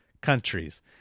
countries